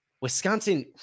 Wisconsin